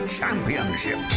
Championship